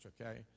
okay